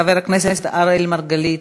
חבר הכנסת אראל מרגלית,